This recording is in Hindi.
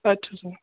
अच्छा सर